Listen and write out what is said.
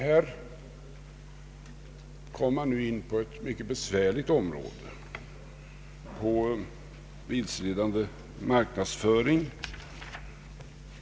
Här kommer vi in på ett mycket besvärligt område — vilseledande marknadsföring.